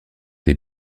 des